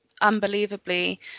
unbelievably